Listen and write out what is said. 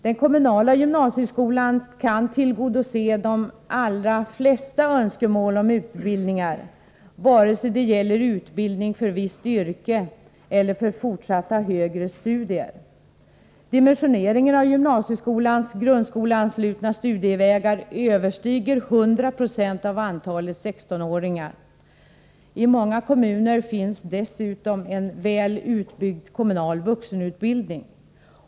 Den kommunala gymnasieskolan kan tillgodose de allra flesta önskemål om utbildningar, vare sig det gäller utbildning för visst yrke eller för fortsatta högre studier. Dimensioneringen av gymnasieskolans grundskoleanslutna studievägar överstiger 100 96 av antalet 16-åringar. I många kommuner finns dessutom en väl utbyggd kommunal vuxenutbildning.